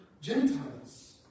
Gentiles